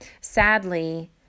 Sadly